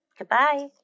Goodbye